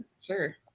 Sure